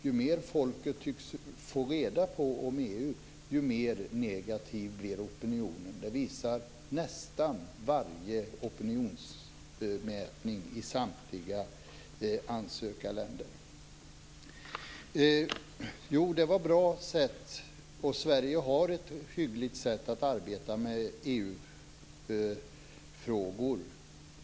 Ju mer folk tycks få reda på om EU, desto mer negativ blir opinionen. Det visar nästan varje opinionsmätning i samtliga ansökarländer. Sverige har ett hyggligt sätt att arbeta med EU frågor.